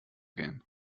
gehen